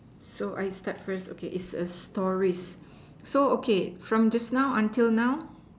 so I start first okay it's a stories so okay from just now until now